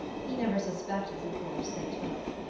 he never suspected the course they took.